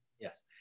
Yes